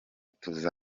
tumufite